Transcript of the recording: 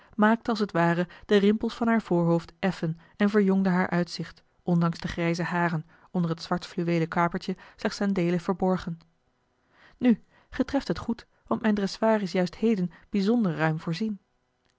maakte als het ware de rimpels van haar voorhoofd effen en verjongde haar uitzicht ondanks de grijze haren onder het zwart fluweelen kapertje slechts ten deele verborgen nu gij treft het goed want mijn dressoir is juist heden bijzonder ruim voorzien